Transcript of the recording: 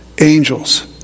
angels